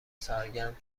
سرگرم